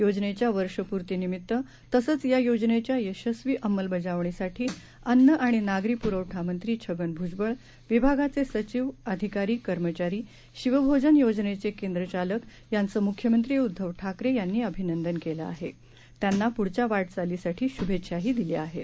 योजनेच्यावर्षपूर्तीनिमित्ततसंचयायोजनेच्यायशस्वीअंमलबजावणीसाठीअन्नआणिनागरी पुरवठामंत्रीछगनभुजबळ विभागाचेसचिव अधिकारी कर्मचारी शिवभोजनयोजनेचेकेंद्रचालकयांचंमुख्यमंत्रीउद्धवठाकरेयांनीअभिनंदनकेलंआहे त्यांनापुढच्यावाटचालीसाठीशुभेच्छादिल्याआहेत